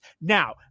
Now